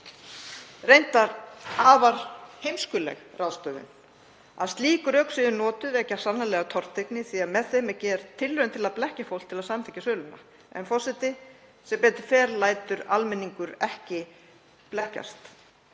reyndar afar heimskuleg ráðstöfun. Að slík rök séu notuð vekur sannarlega tortryggni því að með þeim er gerð tilraun til að blekkja fólk til að samþykkja söluna en sem betur fer lætur almenningur ekki blekkjast.